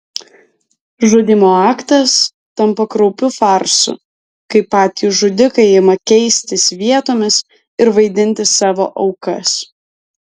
žudymo aktas tampa kraupiu farsu kai patys žudikai ima keistis vietomis ir vaidinti savo aukas